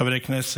חברי הכנסת,